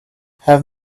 have